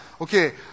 Okay